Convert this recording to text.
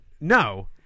No